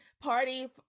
party